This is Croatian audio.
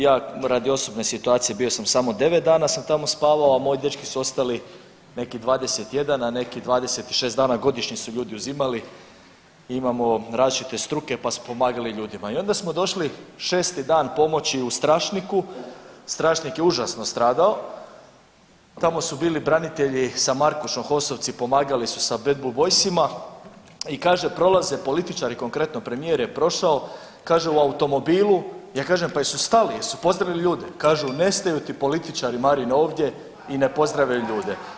Ja, radi osobne situacije bio sam samo 9 dana sam tamo spavao, a moji dečki su ostali neki 21, neki 26 dana, godišnji su ljudi uzimali i imamo različite struke pa smo pomagali ljudima i onda smo došli 6. dan pomoći u Strašniku, Strašnik je užasno stradao, tamo su bili branitelji sa Markušom, HOS-ovci, pomagali su Bad Blue Boysima i kaže, prolaze političari, konkretno, premijer je prošao, kaže u automobilu, ja kažem pa jesu stali, jesu pozdravili ljudi, kažu, ne staju ti političari, Marine, ovdje i ne pozdrave ljude.